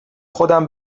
خودم